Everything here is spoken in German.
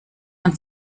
man